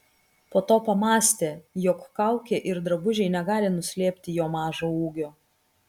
po to pamąstė jog kaukė ir drabužiai negali nuslėpti jo mažo ūgio